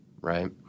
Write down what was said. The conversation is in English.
right